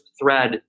thread